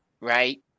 right